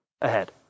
ahead